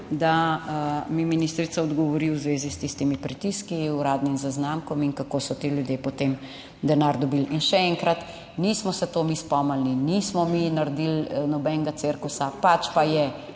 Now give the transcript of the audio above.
da mi ministrica odgovori v zvezi s tistimi pritiski, uradnim zaznamkom in kako so ti ljudje potem denar dobili? In še enkrat, nismo se to mi spomnili, nismo mi naredili nobenega cirkusa, pač pa je